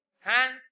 hands